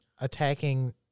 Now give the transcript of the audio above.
attacking